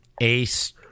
ace